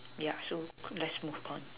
yeah so let's move on